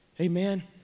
Amen